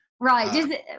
Right